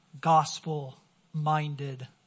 gospel-minded